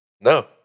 No